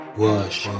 wash